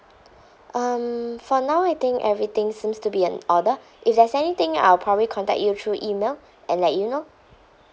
um for now I think everything seems to be in order if there's anything I'll probably contact you through email and let you know